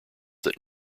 that